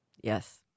yes